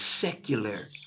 secular